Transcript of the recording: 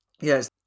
Yes